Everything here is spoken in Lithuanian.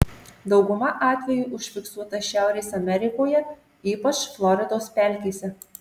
dauguma atvejų užfiksuota šiaurės amerikoje ypač floridos pelkėse